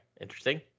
Interesting